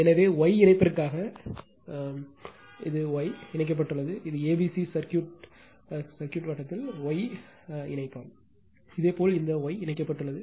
எனவே Y இணைப்பிற்காக இது Y இணைக்கப்பட்டுள்ளது இது a b c சர்க்யூட்வட்டத்தில் Y இணைப்பான் இதேபோல் இந்த Y இணைக்கப்பட்டுள்ளது